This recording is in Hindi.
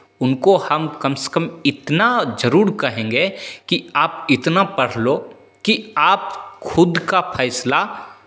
उनको हम कम से कम इतना ज़रूर कहेंगे कि आप इतना पढ़ लो कि आप खुद का फैसला